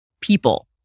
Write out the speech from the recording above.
people